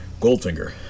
Goldfinger